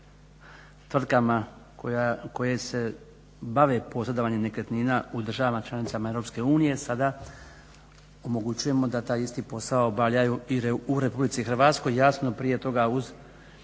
tvrtkama koje se bave posredovanje nekretnina u državama članicama Europske unije sada omogućujemo da taj isti posao obavljaju i u Republici Hrvatskoj, jasno prije toga uz